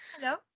Hello